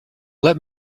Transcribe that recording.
let